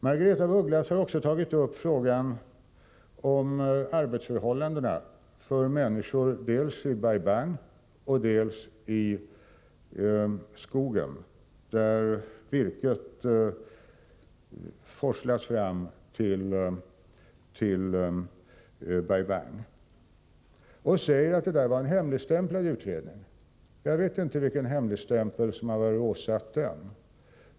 Margaretha af Ugglas har också tagit upp frågan om arbetsförhållandena för människorna dels vid Bai Bang, dels i skogen, varifrån virket forslas fram till Bai Bang. Hon säger att detta var en hemligstämplad utredning. Jag vet inte vilken hemligstämpel som var åsatt den.